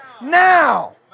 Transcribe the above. now